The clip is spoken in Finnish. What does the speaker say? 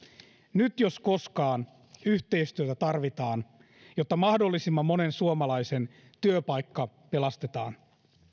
nyt jos koskaan yhteistyötä tarvitaan jotta mahdollisimman monen suomalaisen työpaikka pelastetaan